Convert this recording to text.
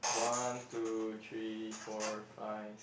one two three four five